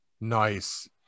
Nice